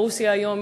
ברוסיה היום,